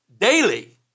daily